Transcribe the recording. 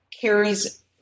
carries